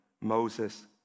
Moses